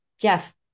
Jeff